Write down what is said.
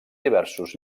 diversos